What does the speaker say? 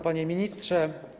Panie Ministrze!